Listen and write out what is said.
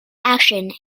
action